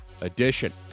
edition